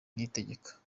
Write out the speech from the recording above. niyitegeka